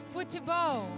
Futebol